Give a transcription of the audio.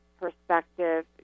perspective